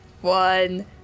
one